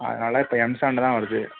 அதனால இப்போ M sand தான் வருது